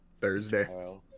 Thursday